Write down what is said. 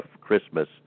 Christmas